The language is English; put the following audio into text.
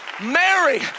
Mary